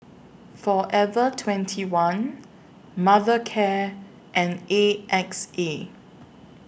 Forever twenty one Mothercare and A X A